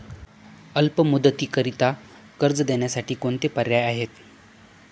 अल्प मुदतीकरीता कर्ज देण्यासाठी कोणते पर्याय आहेत?